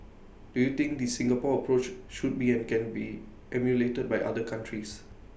do you think this Singapore approach should be and can be emulated by other countries